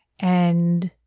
and